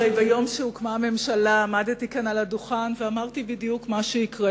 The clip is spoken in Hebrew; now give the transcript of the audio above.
הרי ביום שהוקמה הממשלה עמדתי כאן על הדוכן ואמרתי בדיוק מה שיקרה,